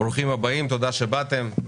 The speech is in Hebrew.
ברוכים הבאים, תודה שבאתם.